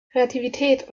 kreativität